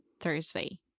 Thursday